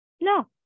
No